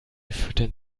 füttern